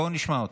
בואו נשמע אותה.